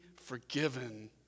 forgiven